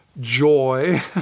joy